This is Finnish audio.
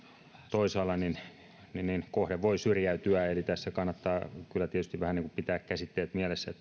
toisaalla niin niin kohde voi syrjäytyä eli tässä kannattaa kyllä tietysti vähän pitää mielessä käsitteet